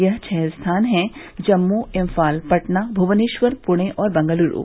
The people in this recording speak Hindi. यह छह स्थान हैं जम्मू इम्फाल पटना भुवनेश्वर पुणे और बेंगलुरू